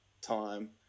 time